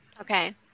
Okay